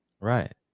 Right